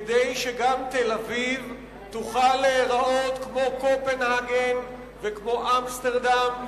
כדי שגם תל-אביב תוכל להיראות כמו קופנהגן וכמו אמסטרדם,